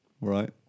Right